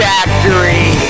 Factory